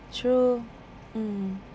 true mm